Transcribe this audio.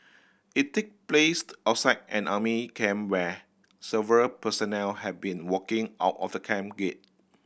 it take placed outside an army camp where several personnel have been walking out of the camp gate